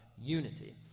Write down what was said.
unity